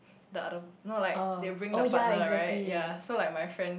the other no like they bring the partner right yea so like my friend